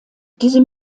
diese